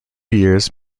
years